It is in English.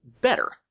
better